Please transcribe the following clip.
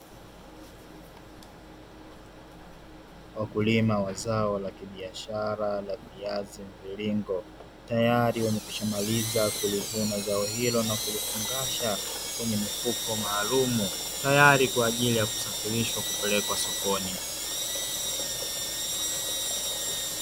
Wakulima wa zao la kibiashara la viazi mviringo, tayari wamekwisha maliza kulivuna zao hilo na kulifungasha kwenye mifuko maalumu, tayari kwa ajili ya kusafirishwa kupelekwa sokoni.